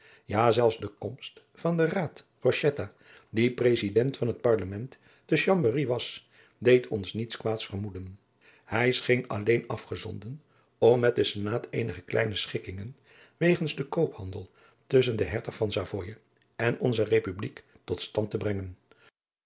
ja zelf de komst van den raad rochetta die president van het parlement te chamberry was deed ons niets kwaads vermoeden hij scheen alleen afgezonden om met den senaat eenige kleine schikkingen wegens den koophandel tusschen den hertog van savoye en onze republiek tot stand te brengen